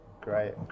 Great